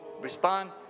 Respond